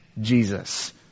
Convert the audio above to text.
Jesus